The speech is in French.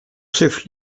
chef